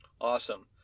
Awesome